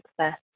success